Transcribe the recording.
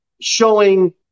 showing